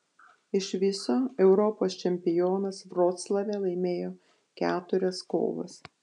iš viso europos čempionas vroclave laimėjo keturias kovas